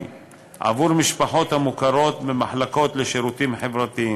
עבור משפחות המוכרות במחלקות לשירותים חברתיים.